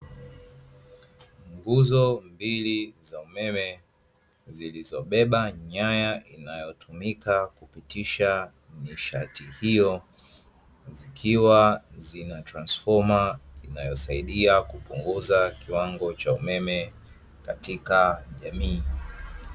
Nguzo mbili za umeme, zilizobeba nyaya inayotumika, kupitisha nishati hiyo, zikiwa zina transfoma inayosaidia kupunguza kiwango cha umeme katika jamii.